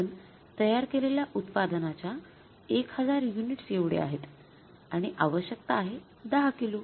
आपण तयार केलेल्या उत्पादनाच्या १००० युनिट्स एवढे आहेत आणि आवश्यकता आहे १० किलो